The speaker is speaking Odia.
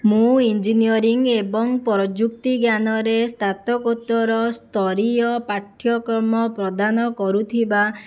ମୁଁ ଇଞ୍ଜିନିୟରିଂ ଏବଂ ପ୍ରଯୁକ୍ତିଜ୍ଞାନରେ ସ୍ନାତକୋତ୍ତର ସ୍ତରୀୟ ପାଠ୍ୟକ୍ରମ ପ୍ରଦାନ କରୁଥିବା